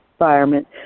environment